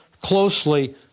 closely